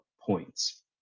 points